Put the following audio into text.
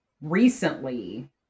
recently